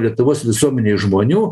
lietuvos visuomenėj žmonių